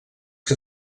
que